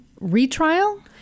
retrial